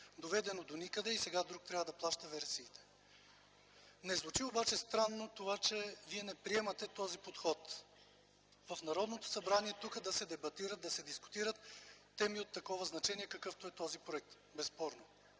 доведено е доникъде и сега друг трябва да плаща вересиите. Не звучи обаче странно това, че вие не приемате този подход – тук, в Народното събрание да се дебатират, да се дискутират теми от такова значение, какъвто безспорно